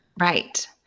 Right